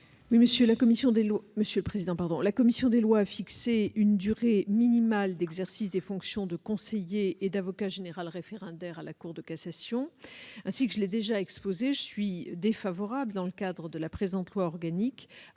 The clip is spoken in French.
La commission des lois a fixé une durée minimale d'exercice des fonctions de conseiller et d'avocat général référendaire à la Cour de cassation. Ainsi que je l'ai déjà exposé, je suis défavorable à l'instauration dans le